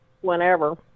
whenever